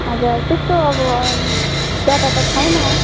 हजुर त्यस्तो अब ज्यादा त छैन